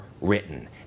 written